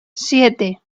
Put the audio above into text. siete